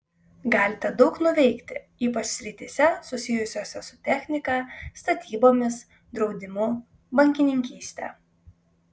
galite daug nuveikti ypač srityse susijusiose su technika statybomis draudimu bankininkyste